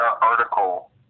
article